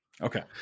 Okay